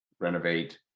renovate